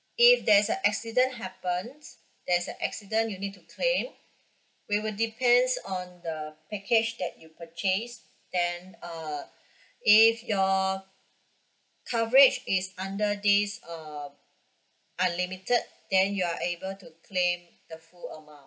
if there's a accident happens there's a accident you need to claim we will depends on the package that you purchase then uh if your coverage is under this uh unlimited then you are able to claim the full amount